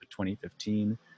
2015